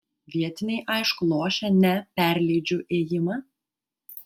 vietiniai aišku lošia ne perleidžiu ėjimą